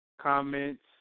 comments